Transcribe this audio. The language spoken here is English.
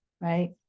right